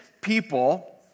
people